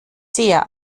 sehr